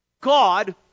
God